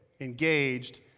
engaged